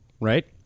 right